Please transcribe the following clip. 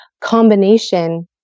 combination